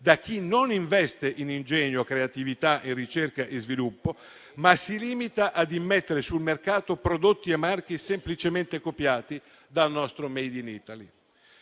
da chi non investe in ingegno, creatività, ricerca e sviluppo, ma si limita ad immettere sul mercato prodotti e marchi semplicemente copiati dal nostro *made in Italy*.